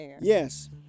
Yes